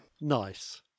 Nice